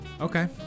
okay